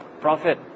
profit